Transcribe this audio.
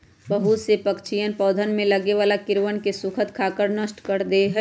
बहुत से पक्षीअन पौधवन में लगे वाला कीड़वन के स्खुद खाकर नष्ट कर दे हई